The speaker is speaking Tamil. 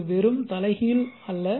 இது வெறும் தலைகீழ் அல்ல